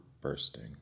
bursting